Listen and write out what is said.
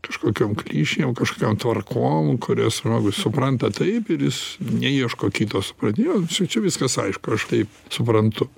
kažkokiom klišinėm kažkokiom tvarkom kurias žmogus supranta taip ir jis neieško kito supratimo čia čia viskas aišku aš taip suprantu